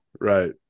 right